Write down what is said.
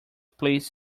please